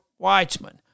Weitzman